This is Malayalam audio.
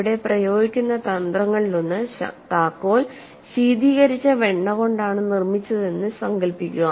അവിടെ പ്രയോഗിക്കുന്ന തന്ത്രങ്ങളിലൊന്ന്താക്കോൽ ശീതീകരിച്ച വെണ്ണ കൊണ്ടാണ് നിർമ്മിച്ചതെന്ന് സങ്കൽപ്പിക്കുക